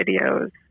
videos